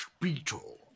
Beetle